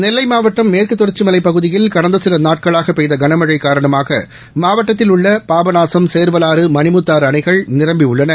நெல்லை மாவட்டம் மேற்கு தொடர்ச்சி மலைப் பகுதியில் கடந்த சில நாட்களாக பெய்த கனமழை காரணமாக மாவட்டத்தில் உள்ள பாபநாசம் சேர்வலாறு மணிமுத்தாறு அணைகள் நிரம்பியுள்ளன